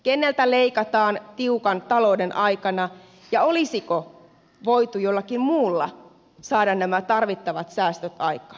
keneltä leikataan tiukan talouden aikana ja olisiko voitu jollakin muulla saada nämä tarvittavat säästöt aikaan